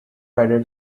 added